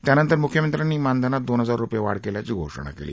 त्यानंतर मुख्यमंत्र्यांनी मानधनात दोन हजार रूपये वाढ केल्याची घोषणा केली